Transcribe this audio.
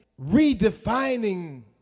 redefining